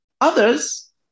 Others